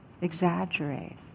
exaggerate